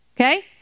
Okay